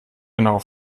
genau